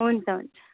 हुन्छ हुन्छ